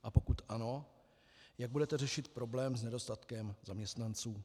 A pokud ano, jak budete řešit problém s nedostatkem zaměstnanců.